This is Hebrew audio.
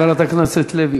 חברת הכנסת לוי,